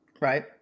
Right